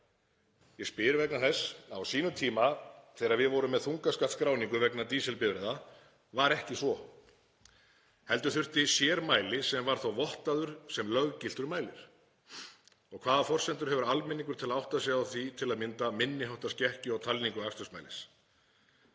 Ég spyr vegna þess að á sínum tíma, þegar við vorum með þungaskattsskráningu vegna dísilbifreiða, þá var ekki svo heldur þurfti sérmæli sem var þá vottaður sem löggiltur mælir. Hvaða forsendur hefur almenningur til að átta sig á til að mynda minni háttar skekkju á talningu akstursmælis?